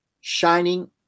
shining